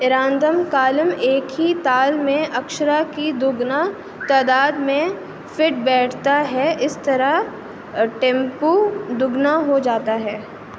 ایرندام کالم ایک ہی تال میں اکشرا کی دو گنا تعداد میں فٹ بیٹھتا ہے اس طرح ٹیمپو دو گنا ہو جاتا ہے